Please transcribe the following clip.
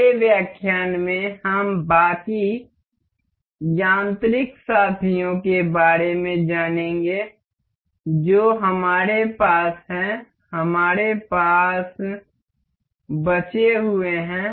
अगले व्याख्यान में हम बाकी यांत्रिक साथियों के बारे में जानेगे जो हमारे पास हैं हमारे पास बचे हुए हैं